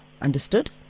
understood